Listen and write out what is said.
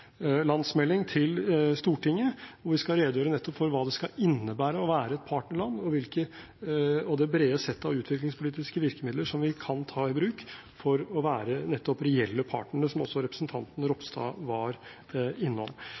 til Stortinget, hvor vi skal redegjøre nettopp for hva det skal innebære å være et partnerland, og det brede sett av utviklingspolitiske virkemidler som vi kan ta i bruk for å være reelle partnere, som også representanten Ropstad var innom.